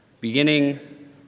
beginning